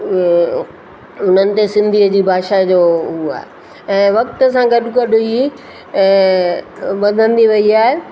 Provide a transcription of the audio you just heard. उहा उन्हनि ते सिंधीअ जी भाषा जो उहा आहे ऐं वक़्त सां गॾु गॾु हुई ऐं वधंदी रही आहे